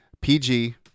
PG